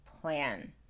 plan